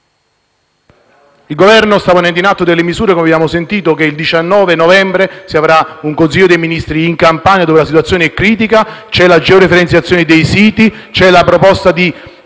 Il Governo sta ponendo in atto delle misure, come abbiamo sentito, e il 19 novembre ci sarà un Consiglio dei ministri in Campania, dove la situazione è critica, c'è la georeferenziazione dei siti, c'è la proposta di